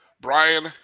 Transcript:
Brian